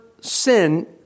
sin